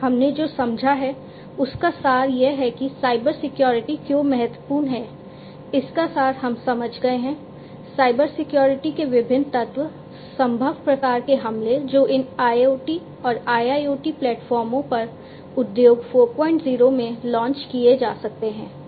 हमने जो समझा है उसका सार यह है कि साइबर सिक्योरिटी क्यों महत्वपूर्ण है इसका सार हम समझ गए हैं साइबर सिक्योरिटी के विभिन्न तत्व संभव प्रकार के हमले जो इन IoT और IIoT प्लेटफार्मों पर उद्योग 40 में लॉन्च किए जा सकते हैं